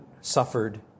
suffered